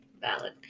Valid